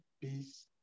peace